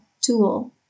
tool